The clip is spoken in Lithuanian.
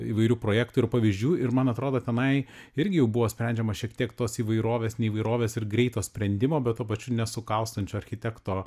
įvairių projektų ir pavyzdžių ir man atrodo tenai irgi jau buvo sprendžiama šiek tiek tos įvairovės ne įvairovės ir greito sprendimo bet tuo pačiu nesukaustančio architekto